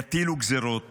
יטילו גזרות